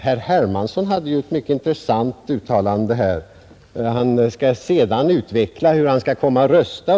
Herr Hermansson gjorde ett mycket intressant uttalande. Han skall sedan utveckla hur han tänker rösta.